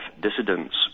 dissidents